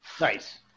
Nice